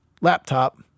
laptop